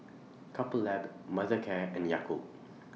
Couple Lab Mothercare and Yakult